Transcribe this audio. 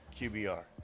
QBR